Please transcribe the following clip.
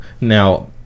now